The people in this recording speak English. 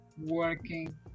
working